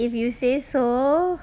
if you say so